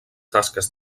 tasques